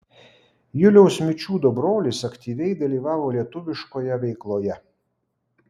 juliaus mičiūdo brolis aktyviai dalyvavo lietuviškoje veikloje